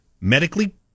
medically